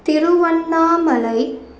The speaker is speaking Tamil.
திருவண்ணாமலை